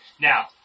Now